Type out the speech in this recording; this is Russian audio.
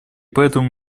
поэтому